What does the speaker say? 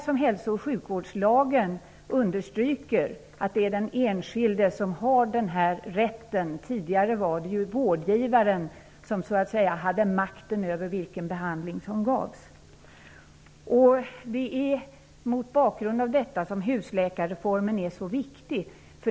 Hälso och sjukvårdslagen betonar att den enskilde har denna rätt. Tidigare var det vårdgivaren som hade makten över vilken behandling som skulle ges. Mot denna bakgrund är husläkarreformen så viktig.